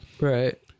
Right